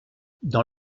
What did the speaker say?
dans